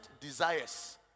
desires